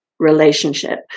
relationship